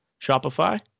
Shopify